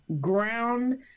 ground